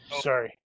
sorry